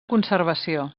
conservació